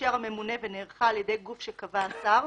שאישר הממונה ונערכה על ידי גוף שקבע השר,